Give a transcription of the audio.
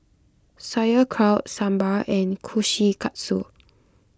Sauerkraut Sambar and Kushikatsu